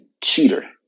cheater